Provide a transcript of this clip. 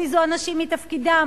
הזיזו אנשים מתפקידם,